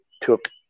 took